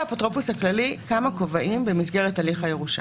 לאפוטרופוס הכללי יש כמה כובעים במסגרת הליך הירושה.